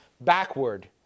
backward